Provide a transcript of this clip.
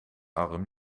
arm